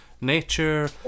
nature